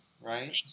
right